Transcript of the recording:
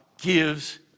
gives